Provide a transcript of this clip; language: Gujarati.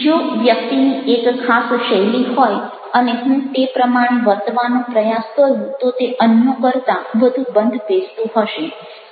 જો વ્યક્તિની એક ખાસ શૈલી હોય અને હું તે પ્રમાણે વર્તવાનો પ્રયાસ કરું તો તે અન્યો કરતાં વધુ બંધબેસતું હશે